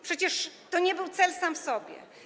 Przecież to nie był cel sam w sobie.